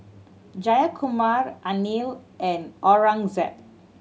Jayakumar Anil and Aurangzeb